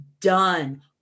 done